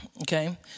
okay